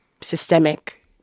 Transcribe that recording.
systemic